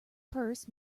purse